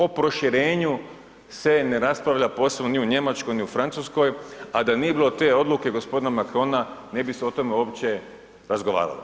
O proširenju se ne raspravlja posebno ni u Njemačkoj ni u Francuskoj, a da nije bilo te odluke gospodina Macrona ne bi se o tome uopće razgovaralo.